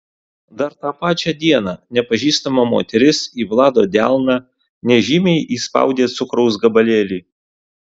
dar tą pačią dieną nepažįstama moteris į vlado delną nežymiai įspaudė cukraus gabalėlį